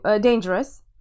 dangerous